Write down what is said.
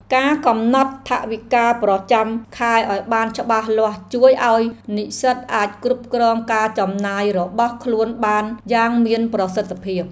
ការកំណត់ថវិកាប្រចាំខែឱ្យបានច្បាស់លាស់ជួយឱ្យនិស្សិតអាចគ្រប់គ្រងការចំណាយរបស់ខ្លួនបានយ៉ាងមានប្រសិទ្ធភាព។